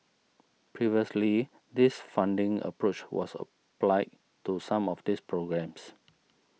previously this funding approach was applied to some of these programmes